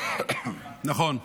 נכון,